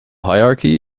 hierarchy